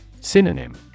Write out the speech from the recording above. Synonym